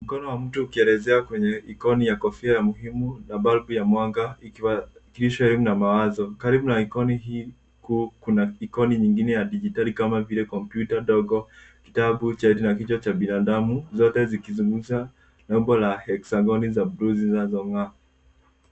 Mkono wa mtu ukielezea kwenye ikoni ya kofia muhimu na balbu ya mwanga, ikiwakilishwa elimu na mawazo. Karibu na ikoni hii kuna ikoni nyingine ya dijitali kama vile kompyuta dogo, kitabu, cheti na kichwa cha binadamu. Zote zikizunguka umbo la hexagon za buluu zinazong'aa.